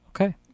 Okay